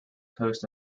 coast